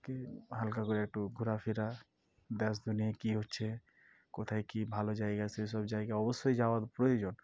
কি হালকা করে একটু ঘোরাফেরা দেশ দুনিয়ায় কী হচ্ছে কোথায় কী ভালো জায়গা সেসব জায়গা অবশ্যই যাওয়ার প্রয়োজন